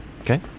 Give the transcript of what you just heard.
Okay